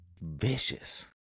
vicious